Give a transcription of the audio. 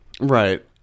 right